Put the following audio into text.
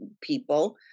people